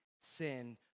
sin